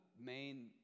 main